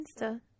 Insta